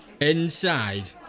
inside